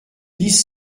disent